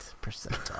percent